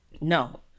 No